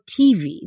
TV